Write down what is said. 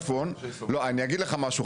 אני אגיד לך משהו,